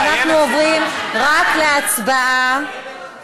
ואנחנו עוברים רק להצבעה.